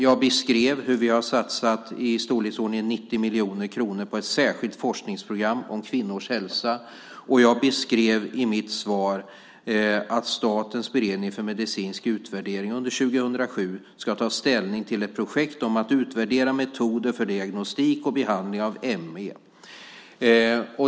Jag beskrev hur vi har satsat i storleksordningen 90 miljoner kronor på ett särskilt forskningsprogram om kvinnors hälsa, och jag beskrev i mitt svar att Statens beredning för medicinsk utvärdering under 2007 ska ta ställning till ett projekt om att utvärdera metoder för diagnostik och behandling av ME.